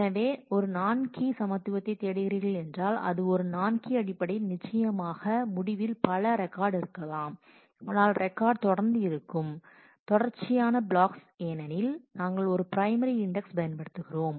எனவே நீங்கள் ஒரு நான் கீ சமத்துவத்தை தேடுகிறீர்கள் என்றால் அது ஒரு நான் கீ அடிப்படையில் நிச்சயமாக முடிவில் பல ரெக்கார்டஸ் இருக்கலாம் ஆனால் ரெக்கார்டஸ் தொடர்ந்து இருக்கும் தொடர்ச்சியான ப்ளாக்ஸ் ஏனெனில் நாங்கள் ஒரு பிரைமரி இண்டெக்ஸ் பயன்படுத்துகிறோம்